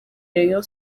rayon